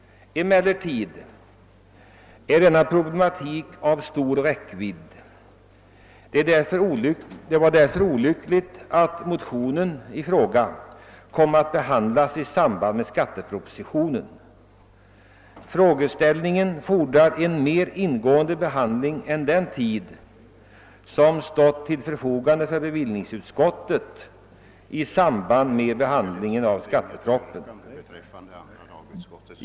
Detta problem är av stor räckvidd, och därför var det olyckligt att motionen kom att behandlas samtidigt med skattepropositionen. Hela frågan kräver en mera ingående behandling än den som varit möjlig under den tid som stått till bevillningsutskottets förfogande vid behandlingen av skattepropositionen.